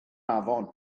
afon